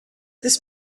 this